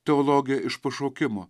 teologė iš pašaukimo